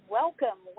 welcome